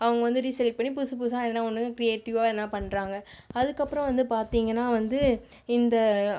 அவங்க வந்து ரீசெலெக்ட் பண்ணி புதுசு புதுசாக எதுனா ஒன்று க்ரியேட்டிவ்வாக எதுனா பண்ணுறாங்க அதுக்கப்புறம் வந்து பார்த்திங்கன்னா வந்து இந்த